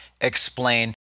explain